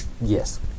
Yes